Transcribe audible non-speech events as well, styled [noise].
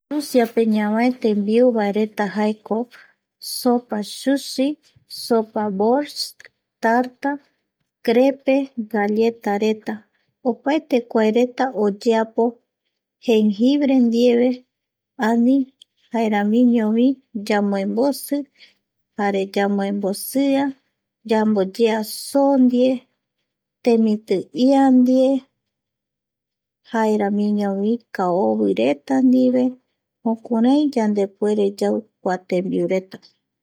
Rusiape [noise] ñavae vae tembiureta [noise] jaeko sopa shushi, sopa bosh, [noise] tarta crepe galletareta, opaete [noise] kuareta oyeapo genjibre ndive, ani jeramiñovi [noise] yamboembosi, jare yamoembosiaa [noise] yamboyea só ndie. temiti ia ndie, jaeramiñovi [noise] kaovireta ndive jukurai [noise] yandepuere yau kua tembiureta